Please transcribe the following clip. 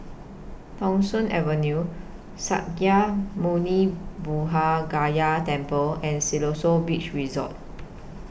Thong Soon Avenue Sakya Muni Buddha Gaya Temple and Siloso Beach Resort